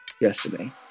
Yesterday